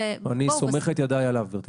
אני סומך את ידיי עליו.